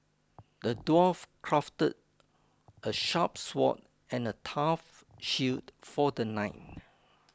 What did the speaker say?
the dwarf crafted a sharp sword and a tough shield for the knight